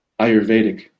Ayurvedic